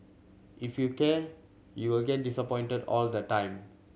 if you care you'll get disappointed all the time